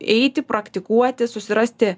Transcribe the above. eiti praktikuoti susirasti